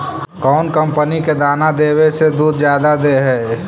कौन कंपनी के दाना देबए से दुध जादा दे है?